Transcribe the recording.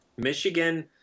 michigan